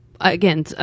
again